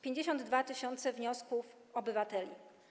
52 tys. wniosków obywateli.